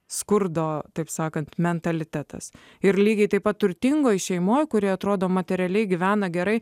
skurdo taip sakant mentalitetas ir lygiai taip pat turtingoje šeimoje kuri atrodo materialiai gyvena gerai